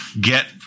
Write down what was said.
get